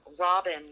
Robin